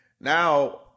Now